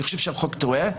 אני חושב שהחוק טועה.